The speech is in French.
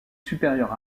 supérieure